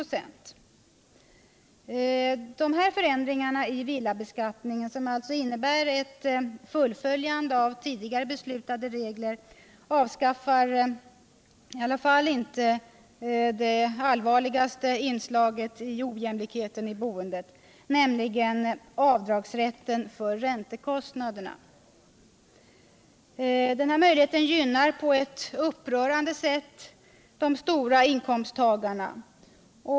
blir det 15 96. Dessa förändringar i villabeskattningen, som alltså innebär ett fullföljande av tidigare beslutade regler, avskaffar emellertid inte det allvarligaste inslaget i ojämlikheten i boendet, nämligen avdragsrätten för räntekostnaderna. Den möjligheten gynnar nu på ett upprörande sätt de stora inkomsttagarna.